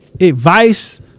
advice